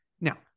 Now